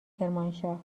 کرمانشاه